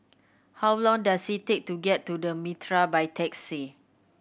how long does it take to get to The Mitraa by taxi